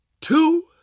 two